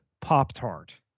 Pop-Tart